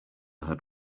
had